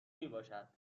میباشد